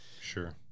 Sure